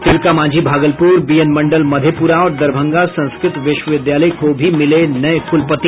Tilka Manjhi Bhagalpur BN Mandal Madhepura और दरभंगा संस्कृत विश्वविद्यालय को भी मिले नये कुलपति